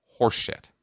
horseshit